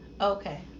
okay